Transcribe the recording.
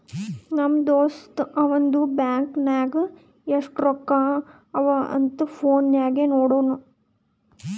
ನಮ್ ದೋಸ್ತ ಅವಂದು ಬ್ಯಾಂಕ್ ನಾಗ್ ಎಸ್ಟ್ ರೊಕ್ಕಾ ಅವಾ ಅಂತ್ ಫೋನ್ ನಾಗೆ ನೋಡುನ್